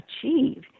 achieve